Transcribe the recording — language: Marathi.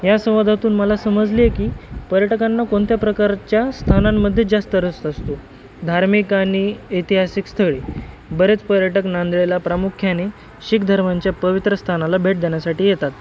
या संवादातून मला समजले आहे की पर्यटकांना कोणत्या प्रकारच्या स्थानांमध्येच जास्त रस असतो धार्मिक आणि ऐतिहासिक स्थळे बरेच पर्यटक नांदेडला प्रामुख्याने शीख धर्मांच्या पवित्र स्थानाला भेट देण्यासाठी येतात